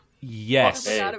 Yes